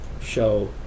show